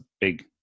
big